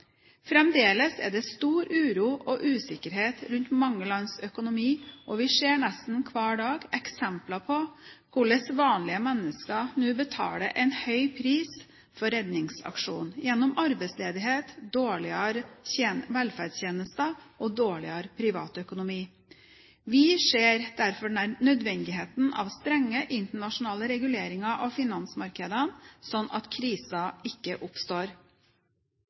Fremdeles er det stor uro og usikkerhet rundt mange lands økonomi, og vi ser nesten hver dag eksempler på hvordan vanlige mennesker nå betaler en høy pris for redningsaksjonen gjennom arbeidsledighet, dårligere velferdstjenester og dårligere privatøkonomi. Vi ser derfor nødvendigheten av strenge internasjonale reguleringer av finansmarkedene, slik at kriser ikke oppstår.